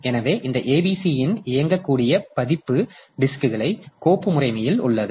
எனவே இந்த abc இன் இயங்கக்கூடிய பதிப்பு டிஸ்க்ன் கோப்பு முறைமையில் உள்ளது